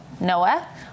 Noah